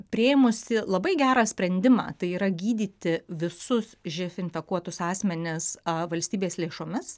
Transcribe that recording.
priėmusi labai gerą sprendimą tai yra gydyti visus živ infekuotus asmenis valstybės lėšomis